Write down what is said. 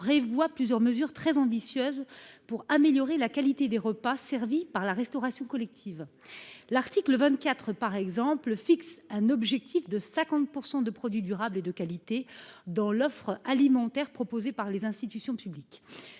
prévoit plusieurs mesures très ambitieuses pour améliorer la qualité des repas servis par la restauration collective. L'article 24, par exemple, fixe un objectif de 50% de produits durables et de qualité dans l'offre alimentaire proposé par les institutions publiques.